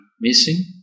Missing